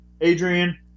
Adrian